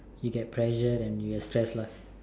you get pressured and you get stressed